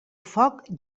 foc